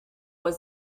was